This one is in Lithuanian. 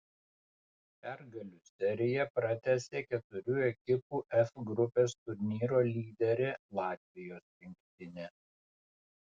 pergalių seriją pratęsė keturių ekipų f grupės turnyro lyderė latvijos rinktinė